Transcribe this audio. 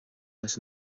leis